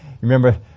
remember